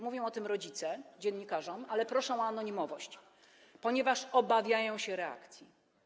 Mówią o tym rodzice dziennikarzom, ale proszą o anonimowość, ponieważ obawiają się reakcji.